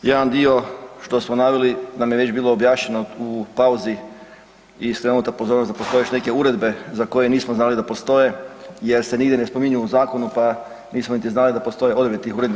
Jedan dio što smo naveli nam je već bilo objašnjeno u pauzi i skrenuta pozornost da postoje još neke uredbe za koje nismo znali da postoje jer se nigdje ne spominju u zakonu pa nismo niti znali da postoje odredbe tih uredbi.